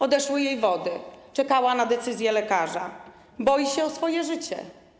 Odeszły jej wody, czekała na decyzję lekarza, boi się o swoje życie.